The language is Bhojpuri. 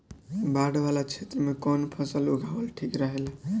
बाढ़ वाला क्षेत्र में कउन फसल लगावल ठिक रहेला?